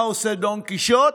מה עושה דון קישוט?